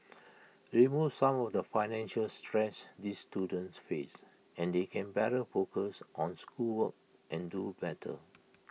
remove some of the financial stress these students face and they can better focus on schoolwork and do better